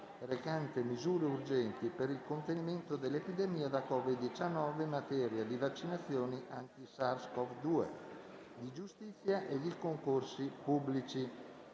recante misure urgenti per il contenimento dell'epidemia da COVID-19, in materia di vaccinazioni anti SARS-CoV-2, di giustizia e di concorsi pubblici».